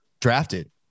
drafted